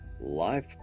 life